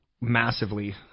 massively